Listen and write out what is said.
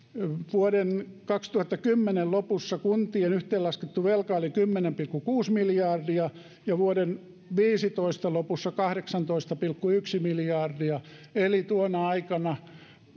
vuoden kaksituhattakymmenen lopussa kuntien yhteenlaskettu velka oli kymmenen pilkku kuusi miljardia ja vuoden viisitoista lopussa kahdeksantoista pilkku yksi miljardia eli tuona aikana